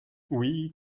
oui